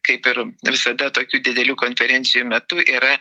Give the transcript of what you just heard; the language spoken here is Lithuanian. kaip ir visada tokių didelių konferencijų metu yra